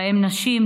ובהם נשים,